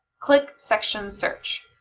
click section search.